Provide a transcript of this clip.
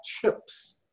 Chips